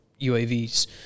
UAVs